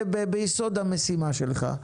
זה ביסוד המשימה שלך.